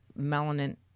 melanin